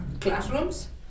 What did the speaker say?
classrooms